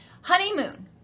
honeymoon